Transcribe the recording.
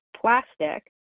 plastic